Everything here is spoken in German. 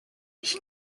ich